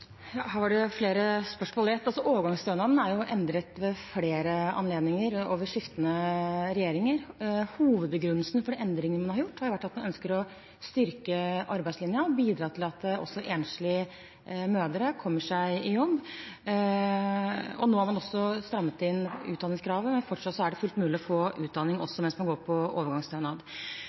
Her var det flere spørsmål i ett. – Overgangsstønaden er endret ved flere anledninger og av skiftende regjeringer. Hovedbegrunnelsen for de endringene man har gjort, er at man ønsker å styrke arbeidslinjen og bidra til at også enslige mødre kommer seg i jobb. Nå har man også strammet inn utdanningskravet, men fortsatt er det fullt mulig å ta utdanning også mens man går på overgangsstønad.